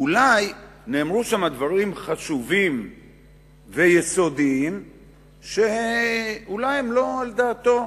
שאולי נאמרו שם דברים חשובים ויסודיים שאולי הם לא על דעתו,